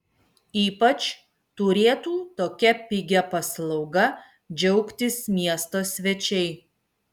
ypač turėtų tokia pigia paslauga džiaugtis miesto svečiai